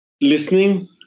listening